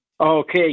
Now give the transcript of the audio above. Okay